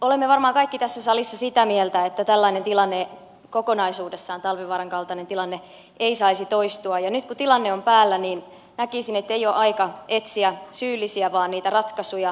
olemme varmaan kaikki tässä salissa sitä mieltä että tällainen tilanne kokonaisuudessaan talvivaaran kaltainen tilanne ei saisi toistua ja nyt kun tilanne on päällä näkisin että ei ole aika etsiä syyllisiä vaan niitä ratkaisuja